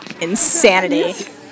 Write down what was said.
insanity